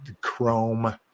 chrome